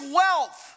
wealth